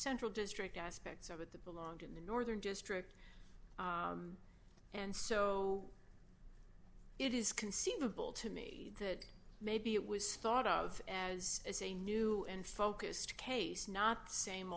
central district aspects of it the belonged in the northern district and so it is conceivable to me that maybe it was thought of as as a new and focused case not the same